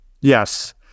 Yes